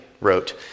wrote